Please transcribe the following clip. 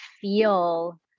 feel